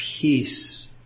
peace